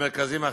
במרכזים אחרים,